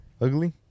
Ugly